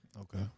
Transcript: Okay